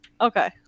Okay